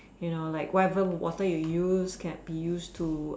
you know like whatever water you used can be used to